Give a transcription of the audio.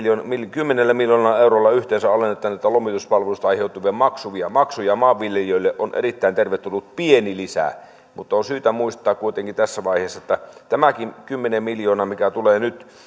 kymmenellä miljoonalla eurolla alennetaan näistä lomituspalveluista aiheutuvia maksuja maksuja maanviljelijöille on erittäin tervetullut pieni lisä mutta on syytä muistaa kuitenkin tässä vaiheessa että tämäkin kymmenen miljoonaa mikä tulee nyt